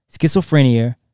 schizophrenia